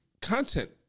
content